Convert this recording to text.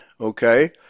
okay